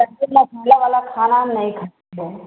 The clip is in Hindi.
ज़्यादा साला वाला खाना हम नहीं खाते हैं